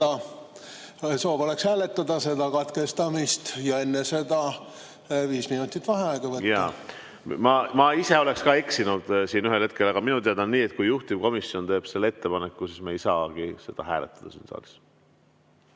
Soov oleks hääletada seda katkestamist ja enne seda 5 minutit vaheaega võtta. Jaa, ma ise oleksin ka eksinud siin ühel hetkel, aga minu teada on nii, et kui juhtivkomisjon teeb ettepaneku, siis me ei saagi seda hääletada siin saalis.